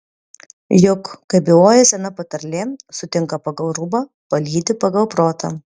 juk kaip byloja sena patarlė sutinka pagal rūbą palydi pagal protą